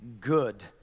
good